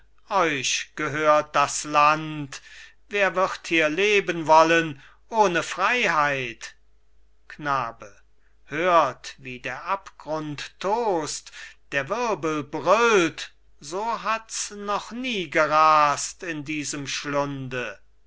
euch gehört das land wer wird hier leben wollen ohne freiheit knabe hört wie der abgrund tost der wirbel brüllt so hat's noch nie gerast in diesem schlunde